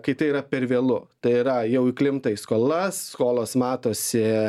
kai tai yra per vėlu tai yra jau įklimpta į skolas skolos matosi